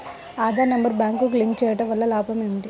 Aadhaar number బ్యాంక్నకు link చేయుటవల్ల లాభం ఏమిటి?